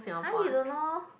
!huh! you don't know